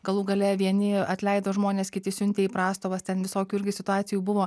galų gale vieni atleido žmones kiti siuntė į prastovas ten visokių irgi situacijų buvo